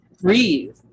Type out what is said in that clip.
breathe